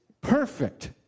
perfect